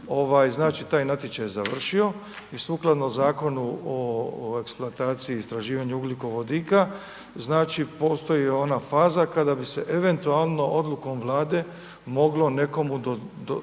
Znači, taj natječaj je završio i sukladno Zakonu o eksploataciji i istraživanju ugljikovodika znači postoji ona faza kada bi se eventualno odlukom Vlade moglo nekome dati